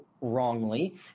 wrongly